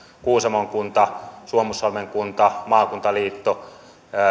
kuusamon kunta suomussalmen kunta maakuntaliitto